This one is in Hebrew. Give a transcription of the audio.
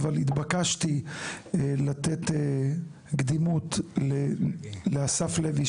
אבל התבקשתי לתת קדימות לאסף לוי,